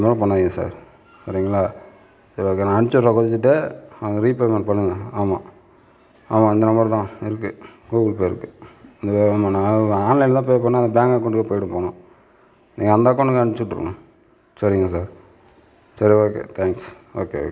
இது மாதிரி பண்ணாதீங்க சார் சரிங்களா சரி ஓகே நான் அனுப்பிச்சூட்றேன் குறித்திட்டு அங்கே ரீபேமெண்ட் பண்ணுங்க ஆமாம் ஆமாம் இந்த நம்பர் தான் இருக்குது கூகுள் பே இருக்குது நான் ஆன்லைனில் தான் பே பண்ணேன் அந்த பேங்க் அகௌண்ட்டுக்கே போயிருக்கும் நீங்கள் அந்த அகௌண்ட்க்கு அனுப்பிச்சூட்ருங்க சரிங்க சார் சரி ஓகே தேங்க்ஸ் ஓகே ஓகே